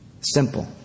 Simple